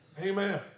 Amen